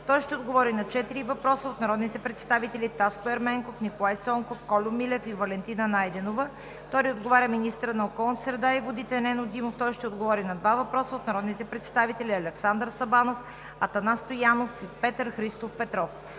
Той ще отговори на четири въпроса от народните представители Таско Ерменков, Николай Цонков, Кольо Милев и Валентина Найденова. Втори отговаря министърът на околната среда и водите Нено Димов. Той ще отговори на два въпроса от народните представители Александър Сабанов, Атанас Стоянов и Петър Христов Петров.